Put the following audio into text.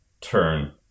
turn